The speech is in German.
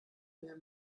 mehr